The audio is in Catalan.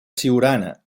siurana